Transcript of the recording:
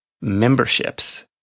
memberships